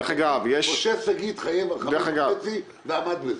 משה שגיא התחייב על 5.5 ועמד בזה.